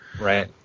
Right